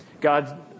God